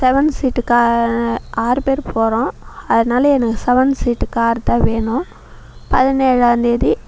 seven seat car ஆறு பேர் போகிறோம் அதனால் எனக்கு செவன் சீட்டு கார் தான் வேணும் பதினேழாம் தேதி